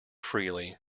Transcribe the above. freely